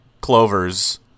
clovers